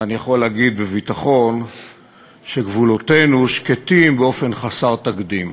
ואני יכול להגיד בביטחון שגבולותינו שקטים באופן חסר תקדים,